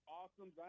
awesome